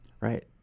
right